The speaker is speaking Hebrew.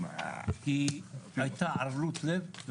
כי הייתה ערלות לב,